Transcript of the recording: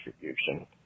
distribution